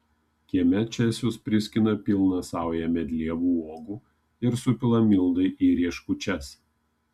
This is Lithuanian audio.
kieme česius priskina pilną saują medlievų uogų ir supila mildai į rieškučias